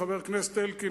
חבר הכנסת אלקין,